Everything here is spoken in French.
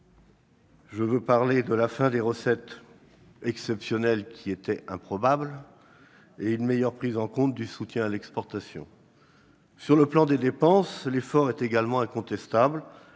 évoquée ; la fin des recettes exceptionnelles improbables ; et une meilleure prise en compte du soutien à l'exportation. Sur le plan des dépenses, l'effort est également incontestable